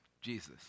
Jesus